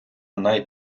най